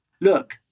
look